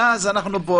ואז אנחנו כאן,